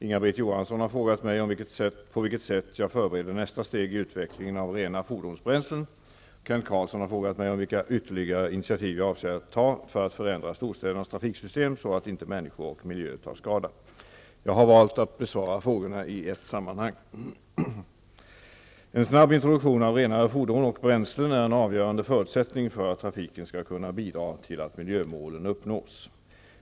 Inga-Britt Johansson har frågat mig på vilket sätt jag förbereder nästa steg i utvecklingen av rena fordonsbränslen. Kent Carlsson har frågat mig vilka ytterligare initiativ jag avser att ta för att förändra storstädernas trafiksystem så, att inte människor och miljö tar skada. Jag har valt att besvara frågorna i ett sammanhang. En snabb introduktion av renare fordon och bränslen är en avgörande förutsättning för att trafiken skall kunna bidra till att miljömålen uppnås.